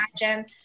imagine